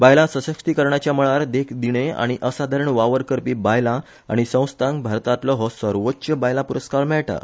बायला सशक्तीकरणाच्या मळार देखदिणो आनी असाधारण वावर करपी बायला आनी संस्थांक भारतांतलो हो सर्वोच्च बायलां प्रस्कार मेळटा